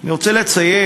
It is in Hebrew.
אני רוצה לציין,